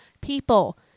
People